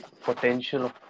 potential